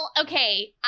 okay